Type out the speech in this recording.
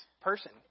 person